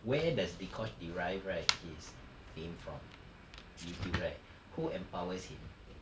where does dee kosh derive right his fame from YouTube right who empowers him